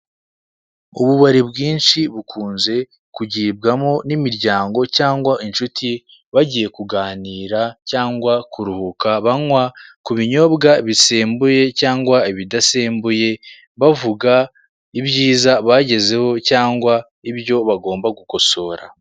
Ububari bwinshi bukunze kugibwamo n'imiryngo cyangwa insuti bagiye kuganira cyangwa kuruhuka, banywa ku binyobwa bisembuye cyangwa ibidasembuye, bavuga ibyiza bagezeho cyangwa ibyo bagomba gukosora.